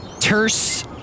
terse